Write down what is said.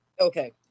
Okay